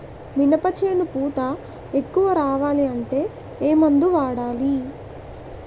మినప చేను పూత ఎక్కువ రావాలి అంటే ఏమందు వాడాలి?